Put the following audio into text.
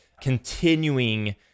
continuing